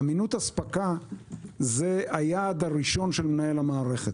אמינות אספקה זה היעד הראשון של מנהל המערכת.